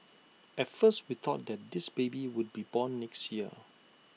at first we thought that this baby would be born next year